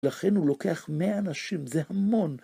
לכן הוא לוקח מאה אנשים, זה המון.